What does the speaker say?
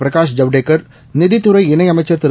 பிரகாஷ் ஜவ்டேகா் நிதித்துறை இணையமைச்சர் திரு